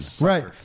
Right